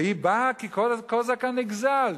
והיא באה כקוזק הנגזל.